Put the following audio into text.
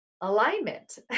alignment